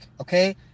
okay